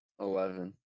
Eleven